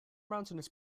mountainous